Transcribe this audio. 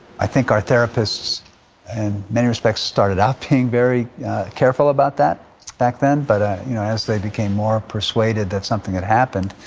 i think our therapists and many respects started out being very careful about that back then. but, ah you know as they became more persuaded that something had happened,